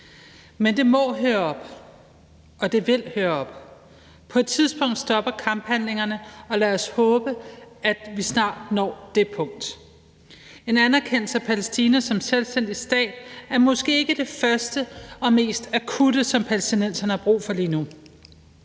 Men det må høre op, og det vil høre op. På et tidspunkt stopper kamphandlingerne, og lad os håbe, at vi snart når det punkt. En anerkendelse af Palæstina som selvstændig stat er måske ikke det første og mest akutte, som palæstinenserne har brug for lige nu.